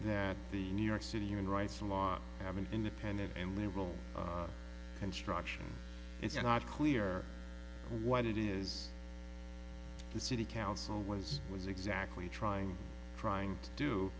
that the new york city human rights laws have an independent and liberal construction it's not clear what it is the city council was was exactly trying trying to